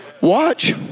Watch